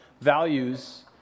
values